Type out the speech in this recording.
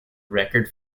record